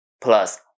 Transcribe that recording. plus